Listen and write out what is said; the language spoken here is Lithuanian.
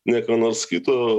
ne ko nors kito